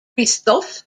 christoph